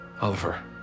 Oliver